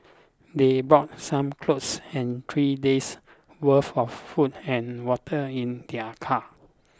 they brought some clothes and three days' worth of food and water in their car